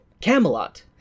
Camelot